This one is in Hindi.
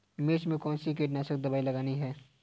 मिर्च में कौन सी कीटनाशक दबाई लगानी चाहिए?